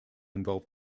involved